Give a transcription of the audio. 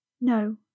No